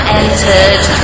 entered